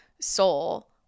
soul